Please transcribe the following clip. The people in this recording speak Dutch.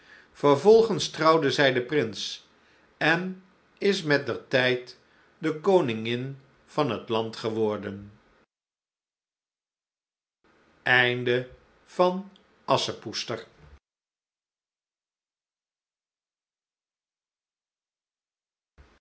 vervolgens trouwde zij den prins en is met der tijd de koningin van het land geworden